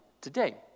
today